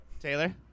Taylor